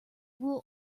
will